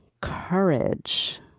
courage